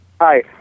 Hi